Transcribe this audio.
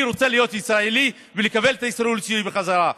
אני רוצה להיות ישראלי ולקבל את הישראליות שלי בחזרה.